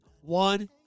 One